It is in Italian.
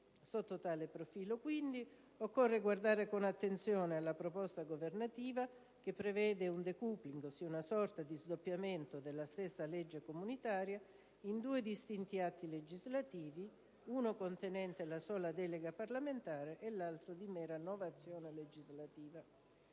Sotto tale profilo, quindi, occorre guardare con attenzione alla proposta governativa che prevede un *decoupling*, ossia una sorta di sdoppiamento della stessa legge comunitaria in due distinti atti legislativi, uno contenente la sola delega parlamentare e l'altro di mera novazione legislativa.